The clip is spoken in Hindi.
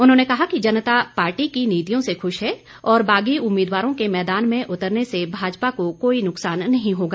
उन्होंने कहा कि जनता पार्टी की नीतियों से खुश है और बागी उम्मीदवारों के मैदान में उतरने से भाजपा को कोई नुकसान नहीं होगा